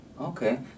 okay